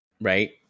Right